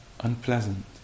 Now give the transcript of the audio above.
Unpleasant